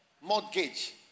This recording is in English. mortgage